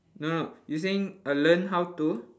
no no you saying err learn how to